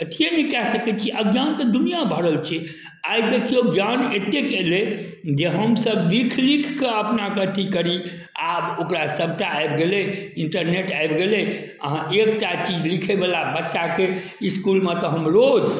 अथिए नहि कऽ सकै छियै अज्ञान तऽ दुनिआ भरल छै आइ देखियौ ज्ञान एतेक एलै जे हमसब लिख लिखके अपनाके अथी करी आब ओकरा सबटा आबि गेलै इंटरनेट आबि गेलै अहाँ एकटा चीज लिखेबला बच्चाके इसकुलमे तऽ हम रोज